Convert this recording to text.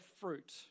fruit